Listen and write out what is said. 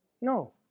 No